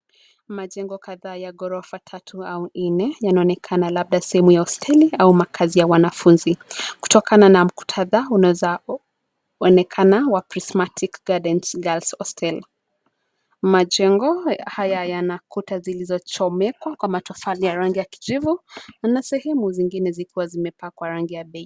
Majengo kadhaa ya ghorofa tatu au nne yanaonekana labda sehemu ya hosteli au makazi ya wanafunzi. Kutokana na mkutano unaweza onekana wa Prismatic Gardens Girls Hostels .Majengo haya yana kuta zilizochomekwa kwa matofali ya rangi ya kijivu na na sehemu zingine zikiwa zimepakwa rangi ya bei